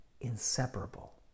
inseparable